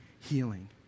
healing